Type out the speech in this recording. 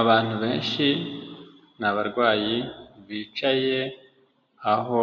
Abantu benshi ni abarwayi bicaye aho